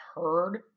heard